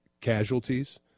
casualties